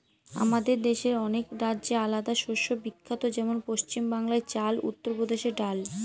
আমাদের দেশের অনেক রাজ্যে আলাদা শস্য বিখ্যাত যেমন পশ্চিম বাংলায় চাল, উত্তর প্রদেশে ডাল